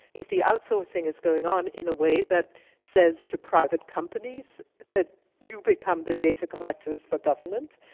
if the outsourcing is going on in a way that says to private companies that you become the data collectors for government,